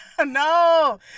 no